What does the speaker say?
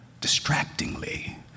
distractingly